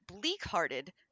bleak-hearted